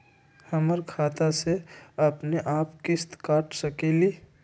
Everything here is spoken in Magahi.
हमर खाता से अपनेआप किस्त काट सकेली?